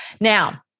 Now